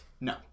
No